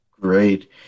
Great